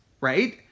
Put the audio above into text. right